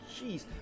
jeez